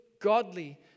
godly